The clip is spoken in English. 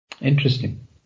Interesting